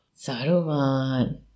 Saruman